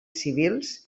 civils